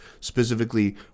specifically